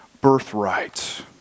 birthright